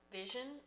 vision